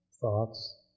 thoughts